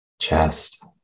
chest